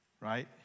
right